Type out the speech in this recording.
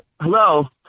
Hello